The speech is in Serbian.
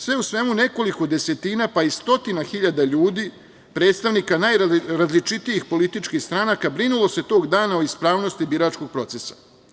Sve u svemu nekoliko desetina, pa i stotina hiljada ljudi, predstavnika najrazličitijih političkih stranaka, brinulo se tog dana o ispravnosti biračkog procesa.